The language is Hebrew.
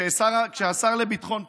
כשהשר לביטחון הפנים,